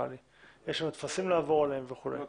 יש לנו עוד לעבור על הטפסים.